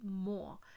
more